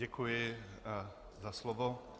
Děkuji za slovo.